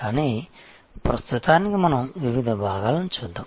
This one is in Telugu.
కానీ ప్రస్తుతానికి మనం వివిధ భాగాలను చూద్దాం